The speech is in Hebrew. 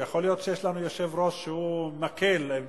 יכול להיות שיש לנו יושב-ראש שמקל עם